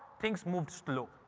things moved slow.